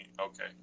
okay